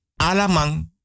alamang